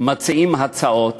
מציעים הצעות